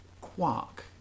quark